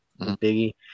Biggie